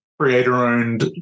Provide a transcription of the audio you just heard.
creator-owned